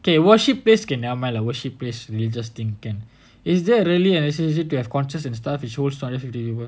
okay worship place okay never mind lah worship place religious thing can is there really a necessity to have concert and stuff it shows two hundred fifty people